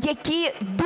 які дуже